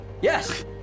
Yes